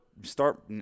start